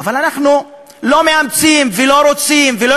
אבל אנחנו לא מאמצים ולא רוצים ולא